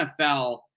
NFL